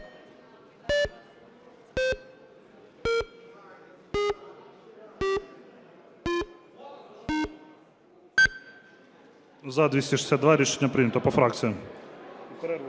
За-262 Рішення прийнято. По фракціях.